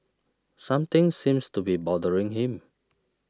something seems to be bothering him